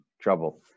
trouble